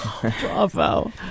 Bravo